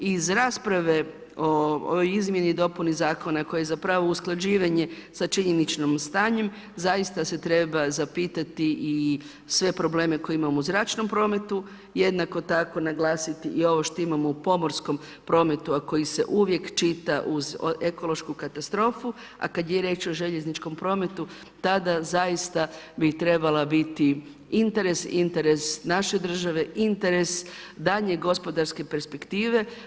Iz rasprave o izmjeni i dopuni zakona koji je zapravo usklađivanje sa činjeničnom stanju, zaista se treba zapitati i sve probleme koje imamo u zračnom prometu, jednako tako naglasiti i ovo što imamo u pomorskom prometu, a koji se uvijek čita uz ekološku katastrofu, a kad je riječ o željezničkom prometu tada zaista bi trebala biti interes, interes naše države, interes daljnje gospodarske perspektive.